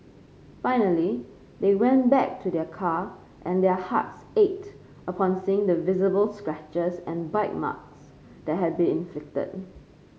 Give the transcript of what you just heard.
finally they went back to their car and their hearts ached upon seeing the visible scratches and bite marks that had been inflicted